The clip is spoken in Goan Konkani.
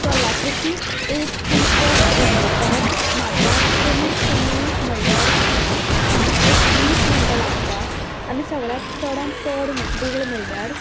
कलाकृतीक एक कुडको रंगोवपाक म्हाका कमीत कमी म्हणल्यार एक वीस मिण्टां लागतात आनी सगल्यांत चडांत चड वेळ म्हणल्यार